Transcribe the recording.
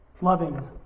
loving